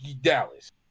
Dallas